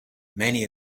many